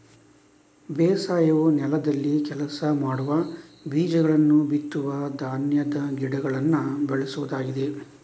ಬೇಸಾಯವು ನೆಲದಲ್ಲಿ ಕೆಲಸ ಮಾಡುವ, ಬೀಜಗಳನ್ನ ಬಿತ್ತುವ ಧಾನ್ಯದ ಗಿಡಗಳನ್ನ ಬೆಳೆಸುವುದಾಗಿದೆ